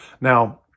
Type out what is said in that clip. Now